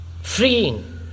freeing